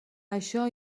això